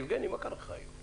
יבגני, מה קרה לך היום?